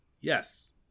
yes